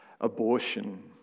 abortion